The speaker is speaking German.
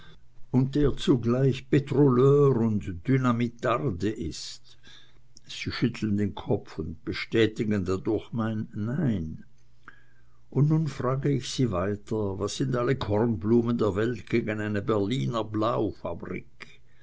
und der zugleich petroleur und dynamitarde ist sie schütteln den kopf und bestätigen dadurch mein nein und nun frage ich sie weiter was sind alle kornblumen der welt gegen eine berliner blau fabrik im berliner